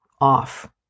off